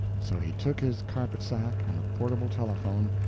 so he took his carpet-sack and a portable telephone,